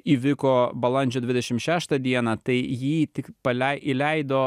įvyko balandžio dvidešim šeštą dieną tai jį tik palei įleido